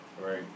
right